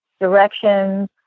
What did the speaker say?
directions